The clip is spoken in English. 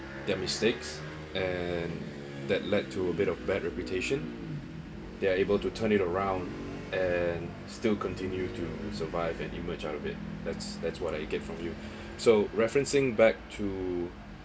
their mistakes and that led to a bit of bad reputation they're are able to turn it around and still continue to survive and emerge out of it that's that's what I get from you so referencing back to